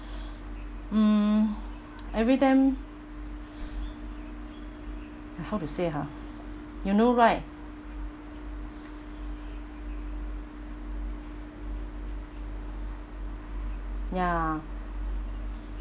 mm every time eh how to say ha you know right ya